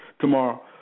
tomorrow